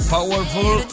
Powerful